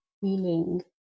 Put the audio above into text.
feeling